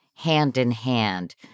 hand-in-hand